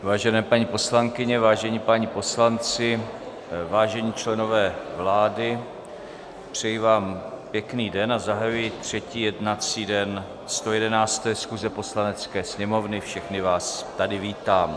Vážené paní poslankyně, vážení páni poslanci, vážení členové vlády, přeji vám pěkný den a zahajuji třetí jednací den 111. schůze Poslanecké sněmovny, všechny vás tady vítám.